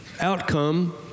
outcome